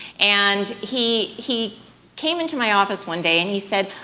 and, he he came into my office one day and he said,